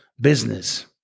Business